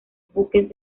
buques